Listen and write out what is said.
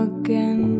Again